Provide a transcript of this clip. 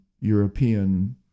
European